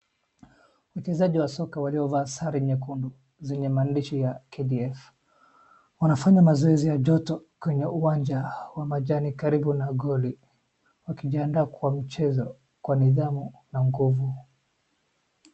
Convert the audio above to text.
Wachezaji wa soka waliovaa sare nyekundu zenye maandishi ya KDF , wanafanya mazoezi ya joto kwenye uwanja wa majani karibu na goli, wakijiandaa kwa mchezo kwa nidhamu na nguvu.